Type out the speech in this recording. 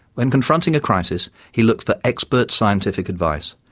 when confronting a crisis, he looked for expert scientific advice,